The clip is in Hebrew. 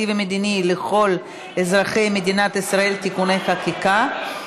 ומדיני לכל אזרחי מדינת ישראל (תיקוני חקיקה),